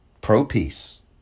Pro-peace